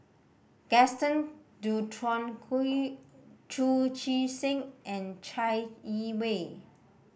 Gaston Dutronquoy Chu Chee Seng and Chai Yee Wei